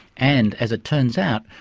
and, as it turns out,